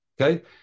Okay